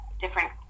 different